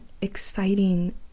exciting